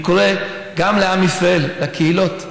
אני קורא גם לעם ישראל, לקהילות,